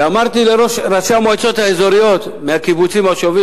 ואמרתי לראשי המועצות האזוריות מהקיבוצים ומהמושבים,